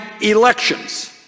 elections